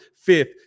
fifth